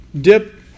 dip